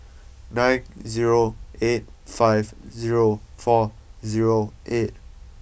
nine zero eight five zero four zero eight